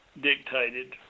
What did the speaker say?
dictated